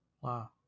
Wow